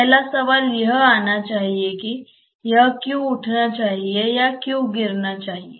पहला सवाल यह आना चाहिए कि यह क्यों उठना चाहिए या क्यों गिरना चाहिए